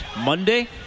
Monday